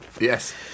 Yes